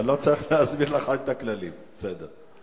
אני לא צריך להסביר לך את הכללים, בסדר.